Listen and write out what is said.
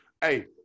Hey